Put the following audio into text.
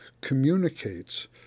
communicates